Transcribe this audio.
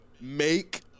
make